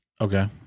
Okay